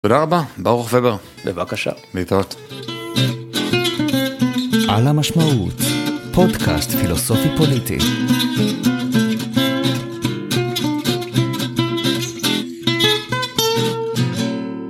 תודה רבה, ברוך ובר, בבקשה, להתראות. על המשמעות, פודקאסט פילוסופי